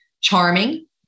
charming